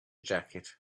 jacket